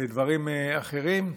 ודברים אחרים.